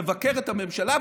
מבקר את הממשלה,